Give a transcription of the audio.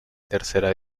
tercera